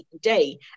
day